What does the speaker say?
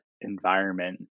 environment